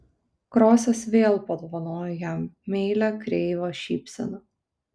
krosas vėl padovanojo jam meilią kreivą šypseną